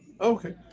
Okay